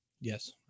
Yes